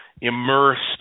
immersed